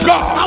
God